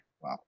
wow